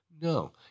No